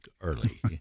early